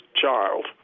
child